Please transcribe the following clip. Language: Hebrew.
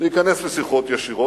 להיכנס לשיחות ישירות,